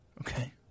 Okay